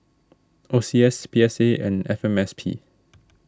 O C S P S A and F M S P